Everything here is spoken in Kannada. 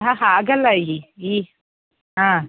ಹಾಂ ಹಾಗಲ್ಲ ಈ ಈ ಹಾಂ